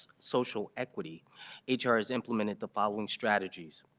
social equity h r. has implemented the following strategies.